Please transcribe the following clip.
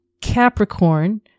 Capricorn